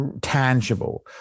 tangible